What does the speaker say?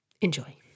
Enjoy